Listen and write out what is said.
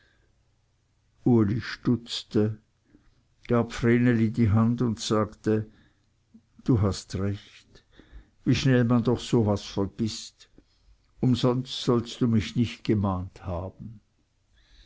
uli stutzte gab vreneli die hand und sagte du hast recht wie schnell man doch so was vergißt umsonst sollst du mich nicht gemahnt haben